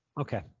Okay